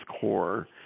core